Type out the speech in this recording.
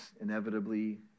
inevitably